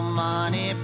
money